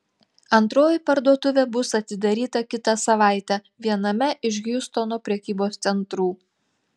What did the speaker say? antroji parduotuvė bus atidaryta kitą savaitę viename iš hjustono prekybos centrų